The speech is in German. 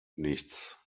nichts